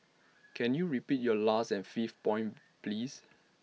can you repeat your last and fifth point please